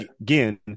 again